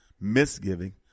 misgiving